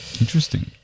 interesting